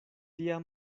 tia